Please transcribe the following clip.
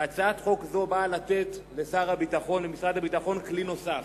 והצעת חוק זו נועדה לתת למשרד הביטחון כלי נוסף.